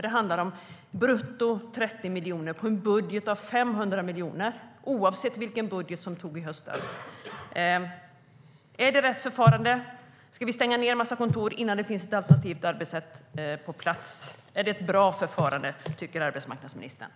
Det handlar om 30 miljoner brutto av en budget på 500 miljoner, oavsett vilken budget som antogs i höstas. Är det rätt förfarande? Ska vi stänga ned en massa kontor innan det finns ett alternativt arbetssätt på plats? Tycker arbetsmarknadsministern att det är ett bra förfarande?